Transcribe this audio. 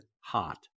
hot